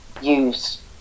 use